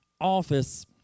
office